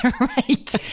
Right